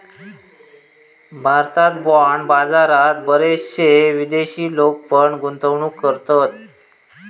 भारतात बाँड बाजारात बरेचशे विदेशी लोक पण गुंतवणूक करतत